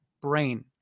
brain